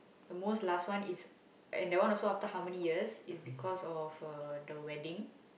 the most last one is and that one also how many years is because of uh the wedding